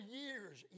years